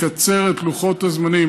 ותקצר את לוחות הזמנים.